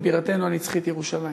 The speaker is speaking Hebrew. ובירתנו הנצחית ירושלים.